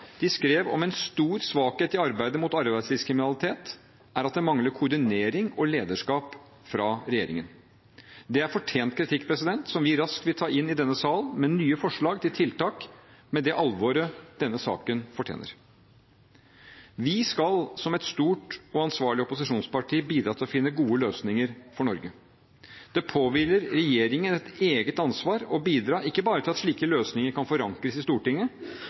De skrev at «en stor svakhet i arbeidet mot arbeidslivskriminalitet er at det mangler koordinering og lederskap» fra regjeringen. Det er fortjent kritikk – som vi raskt vil ta inn i denne sal, med nye forslag til tiltak og med det alvoret denne saken fortjener. Vi skal som et stort og ansvarlig opposisjonsparti bidra til å finne gode løsninger for Norge. Det påhviler regjeringen et eget ansvar for å bidra ikke bare til at slike løsninger kan forankres i Stortinget,